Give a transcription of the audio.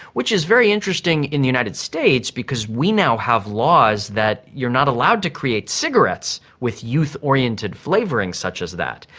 which is very interesting in the united states because we now have laws that you are not allowed to create cigarettes with youth oriented flavouring such as that.